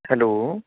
hello